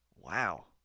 Wow